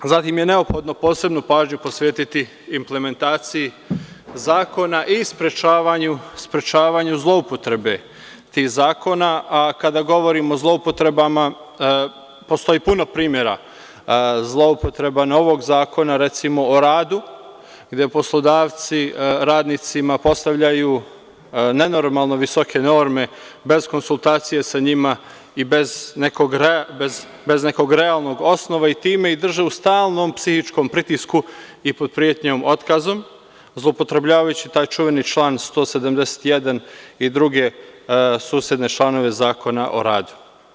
Zatim je neophodno posebnu pažnju posvetiti implementaciji zakona i sprečavanju zloupotrebe tih zakona, a kada govorim o zloupotrebama, postoji puno primera zloupotreba novog zakona, recimo o radu, gde poslodavci radnicima postavljaju nenormalno visoke norme bez konsultacije sa njima i bez nekog realnog osnova i time ih drže u stalnom psihičkom pritisku i pod pretnjom otkazom, zloupotrebljavajući taj čuveni član 171. i druge susedne članove članova o radu.